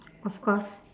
of course